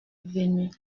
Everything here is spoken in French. venu